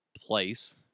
place